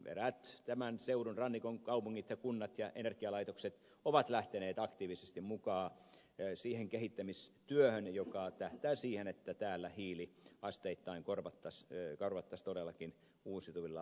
eräät tämän seudun rannikon kaupungit ja kunnat ja energialaitokset ovat lähteneet aktiivisesti mukaan siihen kehittämistyöhön joka tähtää siihen että täällä hiili asteittain korvattaisiin todellakin uusiutuvilla energialähteillä